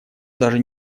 даже